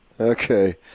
Okay